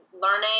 learning